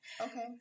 Okay